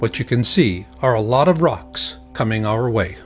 what you can see are a lot of rocks coming our way